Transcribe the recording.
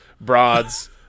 broads